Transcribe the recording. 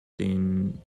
den